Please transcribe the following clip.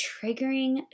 triggering